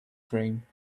cream